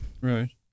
Right